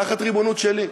תחת ריבונות שלי,